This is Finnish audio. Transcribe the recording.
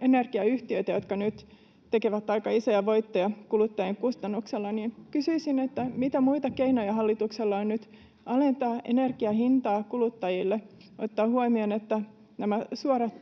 energiayhtiöitä, jotka nyt tekevät aika isoja voittoja kuluttajien kustannuksella. Kysyisin: Mitä muita keinoja hallituksella on nyt alentaa energian hintaa kuluttajille, ottaen huomioon, että nämä suorat